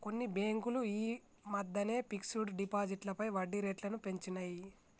కొన్ని బ్యేంకులు యీ మద్దెనే ఫిక్స్డ్ డిపాజిట్లపై వడ్డీరేట్లను పెంచినియ్